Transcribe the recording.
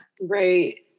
Right